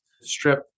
strip